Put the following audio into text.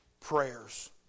prayers